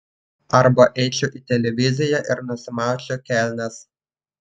arba eičiau į televiziją ir nusimaučiau kelnes